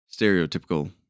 stereotypical